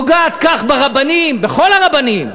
ופוגעת כך ברבנים, בכל הרבנים,